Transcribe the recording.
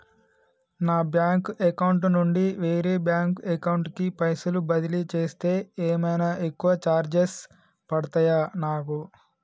నా bank account నుండి వేరే బ్యాంక్ అకౌంట్ కి పైసల్ బదిలీ చేస్తే ఏమైనా ఎక్కువ చార్జెస్ పడ్తయా నాకు?